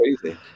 crazy